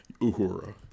Uhura